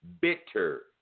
bitter